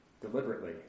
deliberately